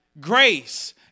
Grace